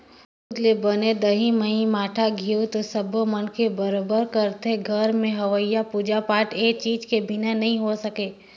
दूद ले बने दही, मही, मठा, घींव तो सब्बो मनखे ह बउरबे करथे, घर में होवईया पूजा पाठ ए चीज के बिना नइ हो सके